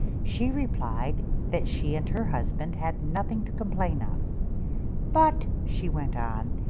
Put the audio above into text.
she replied that she and her husband had nothing to complain of but, she went on,